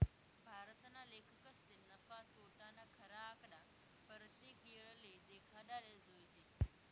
भारतना लेखकसले नफा, तोटाना खरा आकडा परतेक येळले देखाडाले जोयजे